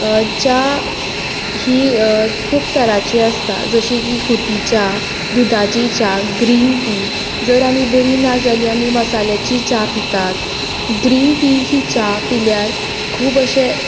च्या ही खूब तरांची आसता जशी की खुटी च्या दुदाची च्या ग्रीन टी जर आमी बरीं ना जालीं आमी मसाल्याची च्या पितात ग्रीन टी ही च्या पिल्यार खूब अशें